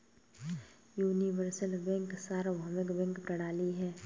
universal bank सार्वभौमिक bank प्रणाली है